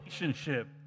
relationship